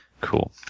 Cool